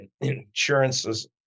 insurances